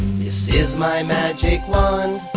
this is my magic wand!